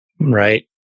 right